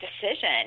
decision